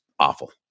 Awful